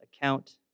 account